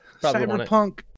Cyberpunk